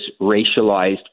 racialized